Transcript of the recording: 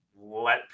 let